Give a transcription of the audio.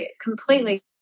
completely